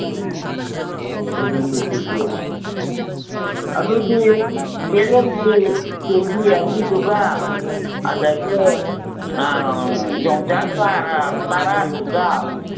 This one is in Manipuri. ꯑꯥ ꯕꯦꯂꯟꯗ꯭ꯔꯤ ꯀꯦ ꯖꯤ ꯑꯗꯨꯗꯤ ꯕꯦꯂꯟꯗ꯭ꯔꯤ ꯀꯦ ꯖꯤꯗꯨꯒ ꯑꯗꯒꯤ ꯌꯣꯡꯆꯥꯛ ꯆꯔꯥ ꯇꯔꯥꯗꯨꯒ